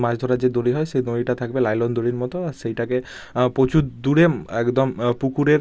মাছ ধরার যে দড়ি হয় সেই দঁড়িটা থাকবে লাইনেন দড়ির মতো আর সেইটাকে প্রচুর দূরে একদম পুকুরের